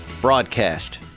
broadcast